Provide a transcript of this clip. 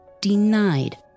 denied